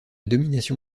domination